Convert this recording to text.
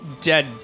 dead